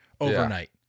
overnight